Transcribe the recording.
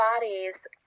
bodies